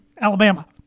Alabama